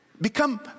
become